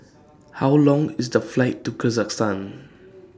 How Long IS The Flight to